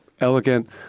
elegant